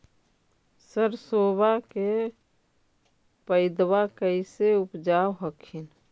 सरसोबा के पायदबा कैसे उपजाब हखिन?